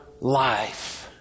life